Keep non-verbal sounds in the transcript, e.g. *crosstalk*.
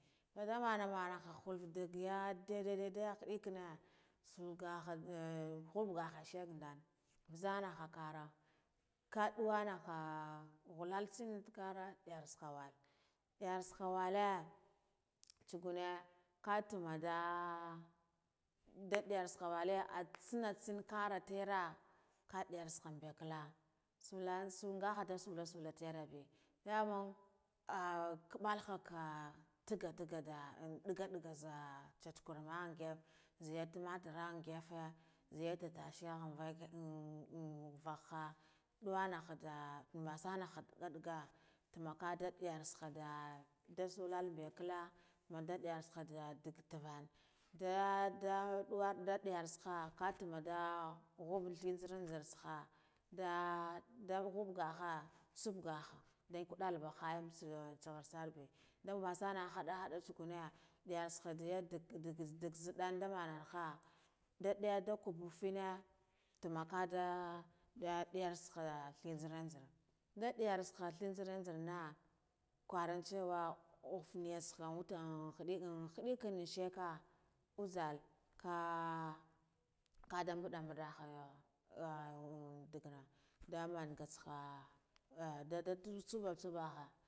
Nda muna mana ndag yah daide nhidik na sal gaha hap gaha shagndan nzana ga nkara, kadawana haa wullal nzin takari yar tsaha walle yas tsaha walle tsa game kah tuma da ah nda diyar tsaka walle tsaha tsa kana tera kadiyar tsenka mbeka sallan sa ngaha nda sukan tera be, daman an kubalba nga tagga tagga dagga dagga chacha karima nziya tomarra ngafe nziye tattashen an an vaha duwa hadda ambasana hah dagga dagga tamaka da diyar tsaha nda nda sallan mbekala, amma da diyar dah da dak tavvan dah da duwa da diyar zagha katumar da habb nze zeran ngitsaha da, da habba ngaha sapp ngaha nda kadal ba khayan tsa tsaghar khayan nda mbasane hadda hadda tsugune ndiyarha tsugane ndag nzidda da manha, da nehya da kubfina tama kada diya diyer tsaka hi nzeran nzera nda diyar da tsaha fe nzeran nzerna, karan ciwa uff neya tsaba with an hadik haddikara cheka uzal ahh ka kadda mbudanba ha an daggana damanga tsaha ah *unintelligible*